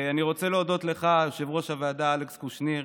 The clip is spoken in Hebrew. אני רוצה להודות לך, יושב-ראש הוועדה אלכס קושניר,